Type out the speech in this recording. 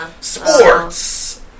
sports